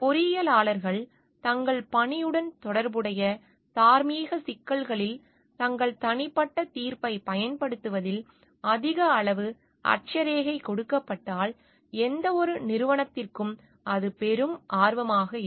பொறியியலாளர்கள் தங்கள் பணியுடன் தொடர்புடைய தார்மீக சிக்கல்களில் தங்கள் தனிப்பட்ட தீர்ப்பைப் பயன்படுத்துவதில் அதிக அளவு அட்சரேகை கொடுக்கப்பட்டால் எந்தவொரு நிறுவனத்திற்கும் அது பெரும் ஆர்வமாக இருக்கும்